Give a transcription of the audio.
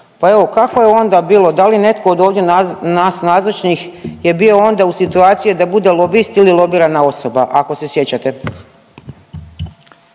Pa evo, kako je onda bilo, da li je netko od ovdje nas nazočnih je bio onda u situaciji da bude lobist ili lobirana osoba, ako se sjećate?